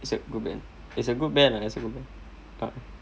it's a good band it's a good band ah it's a good band